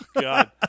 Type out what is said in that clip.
God